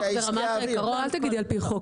אתם מודעים לאירוע הזה?